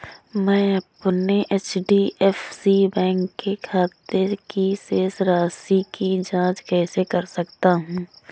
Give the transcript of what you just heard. मैं अपने HDFC bank के खाते की शेष राशि की जाँच कैसे कर सकता हूँ?